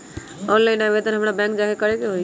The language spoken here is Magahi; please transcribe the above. ऑनलाइन आवेदन हमरा बैंक जाके करे के होई?